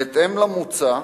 בהתאם למוצע,